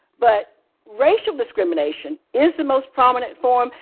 but racial discrimination is the most prominent form,